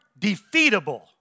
defeatable